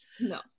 no